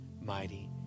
mighty